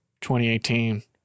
2018